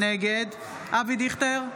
נגד אבי דיכטר,